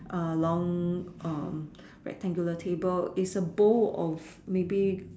along um rectangular table is a bowl of maybe